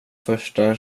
första